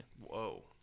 Whoa